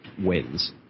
wins